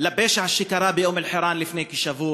לפשע שקרה באום-אלחיראן לפני כשבוע,